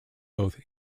both